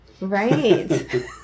Right